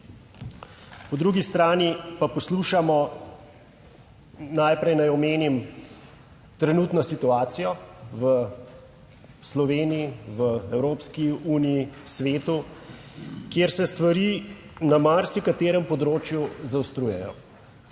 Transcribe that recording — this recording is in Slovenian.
Po drugi strani pa poslušamo, najprej naj omenim trenutno situacijo v Sloveniji v Evropski uniji, svetu, kjer se stvari na marsikaterem področju zaostrujejo.